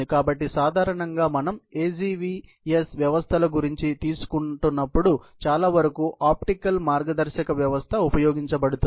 కాబట్టి సాధారణంగా మనం AGVS వ్యవస్థల గురించి తీసుకుంటున్నప్పుడు చాలావరకు ఆప్టికల్ మార్గదర్శక వ్యవస్థ ఉపయోగించబడుతుంది